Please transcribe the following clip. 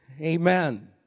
Amen